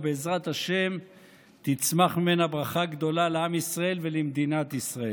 בעזרת השם תצמח ממנה ברכה גדולה לעם ישראל ולמדינת ישראל.